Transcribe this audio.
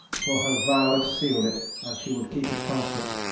for her vow had seal'd it, and she would keep it constant.